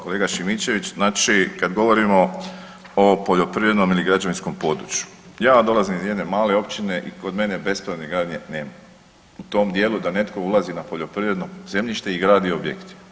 Kolega Šimičević, znači kad govorimo o poljoprivrednom ili građevinskom području, ja vam dolazim iz jedne male općine i kod mene bespravne gradnje nema u tom dijelu da netko ulazi na poljoprivredno zemljište i gradi objekt.